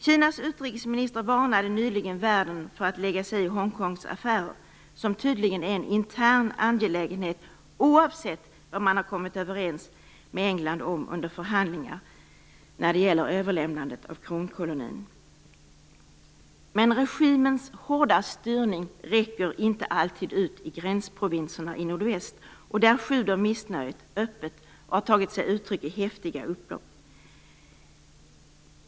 Kinas utrikesminister varnade nyligen världen för att lägga sig i Hongkongs affärer, som tydligen är en intern angelägenhet, oavsett vad man har kommit överens med England om under förhandlingarna om överlämnandet av kronkolonin. Men regimens hårda styrning räcker inte alltid ut i gränsprovinserna i nordväst, och där sjuder missnöjet öppet och har tagit sig uttryck i häftiga upplopp.